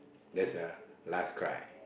that's a last cry